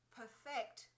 perfect